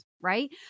right